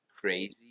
crazy